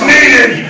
Needed